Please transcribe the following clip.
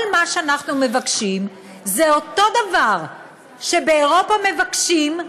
כל מה שאנחנו מבקשים זה את אותו דבר שבאירופה מבקשים,